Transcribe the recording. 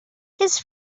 his